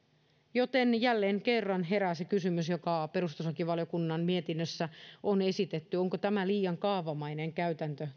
joten jälleen kerran herää se kysymys joka perustuslakivaliokunnan lausunnossa on esitetty onko tämä aktiivimalli liian kaavamainen käytäntö